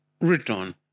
return